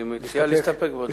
אני מציע להסתפק.